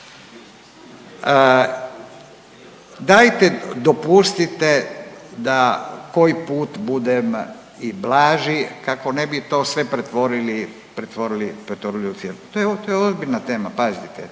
Dajte dopustite da koji put budem i blaži kako ne bi to sve pretvorili, pretvorili u cirkus. To je ozbiljna tema pazite,